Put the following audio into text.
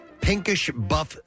pinkish-buff